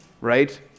right